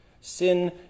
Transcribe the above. Sin